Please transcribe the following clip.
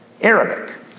Arabic